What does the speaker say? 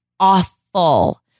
awful